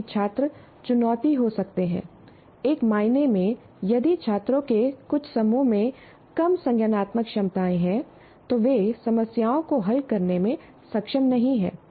जबकि छात्र चुनौती हो सकते हैं एक मायने में यदि छात्रों के कुछ समूह में कम संज्ञानात्मक क्षमताएं हैं तो वे समस्याओं को हल करने में सक्षम नहीं हैं